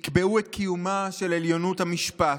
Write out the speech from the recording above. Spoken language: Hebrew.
יקבעו את קיומה של 'עליונות המשפט',